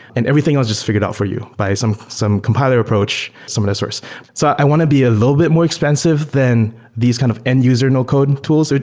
and everything else is just figured out for you by some some compiler approach, some of that source so i want to be a little bit more expensive than these kind of end user no-code and tools, ah